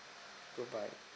goodbye